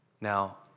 Now